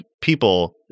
people